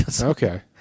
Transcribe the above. Okay